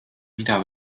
mida